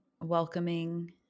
welcoming